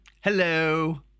Hello